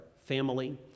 family